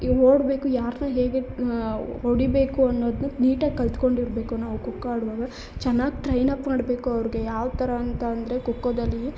ಓಡಿಸ್ಬೇಕು ಯಾರನ್ನ ಹೇಗೆ ಹೊಡಿಬೇಕು ಅನ್ನೋದನ್ನೂ ನೀಟಾಗಿ ಕಲ್ತುಕೊಂಡಿರ್ಬೇಕು ನಾವು ಖೋಖೋ ಆಡುವಾಗ ಚೆನ್ನಾಗಿ ಟ್ರೈನ್ಅಪ್ ಮಾಡಬೇಕು ಅವ್ರಿಗೆ ಯಾವ ಥರ ಅಂತಂದರೆ ಖೋಖೋದಲ್ಲಿ